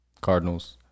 Cardinals